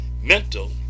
mental